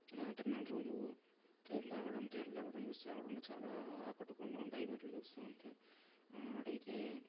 తిరణాల రోజు తేరు లాగడం తేరు లాగడం చూస్తే అక్కడుంటే చాలా ఆకట్టుకుంటూ ఉంటాయి ఈవెంట్లు చూస్తూ ఉంటే ఆడైతే